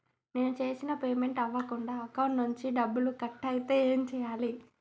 నేను చేసిన పేమెంట్ అవ్వకుండా అకౌంట్ నుంచి డబ్బులు కట్ అయితే ఏం చేయాలి?